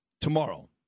tomorrow